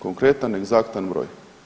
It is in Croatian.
Konkretan, egzaktan broj.